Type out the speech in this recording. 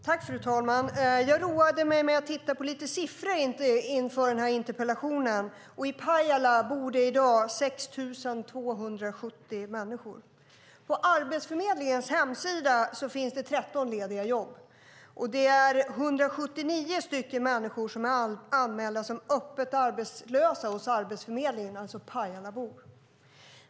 Fru talman! Jag roade mig med att titta på lite siffror inför denna interpellationsdebatt. I Pajala bor det i dag 6 270 människor. På Arbetsförmedlingens hemsida finns det 13 lediga jobb. Det finns 179 Pajalabor som är anmälda som öppet arbetslösa hos Arbetsförmedlingen.